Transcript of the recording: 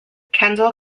kendall